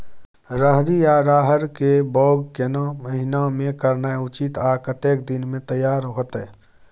रहरि या रहर के बौग केना महीना में करनाई उचित आ कतेक दिन में तैयार होतय?